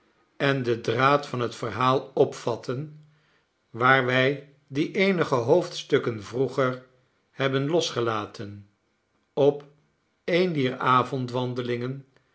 en den draad van het verhaal opvatten waar wij dien eenige hoofdstukken vroeger hebben losgelaten op eene dier avondwandelingen